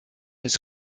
his